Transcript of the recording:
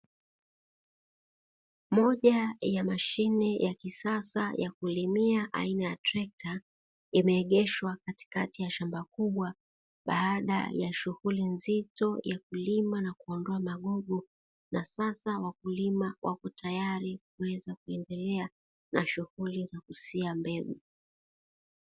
Moja ya mashine ya kisasa ya kulimia aina ya trekta, imeegeshwa katikati ya shamba kubwa baada ya shughuli nzito ya kulima na kuondoa magugu, na sasa wakulima wako tayari kuweza kuendelea na shughuli za kusia mbegu.